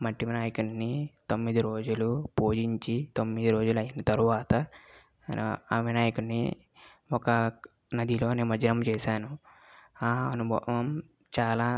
మట్టి వినాయకుణ్ణి తొమ్మిది రోజులు పూజించి తొమ్మిది రోజులు అయిన తరువాత ఆ వినాయకుణ్ణి ఒక నదిలో నిమజ్జనం చేసాను ఆ అనుభవం చాలా